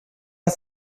ist